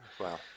Wow